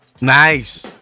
Nice